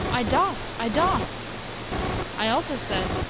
i doth i doth i also said,